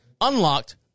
unlocked